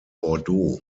bordeaux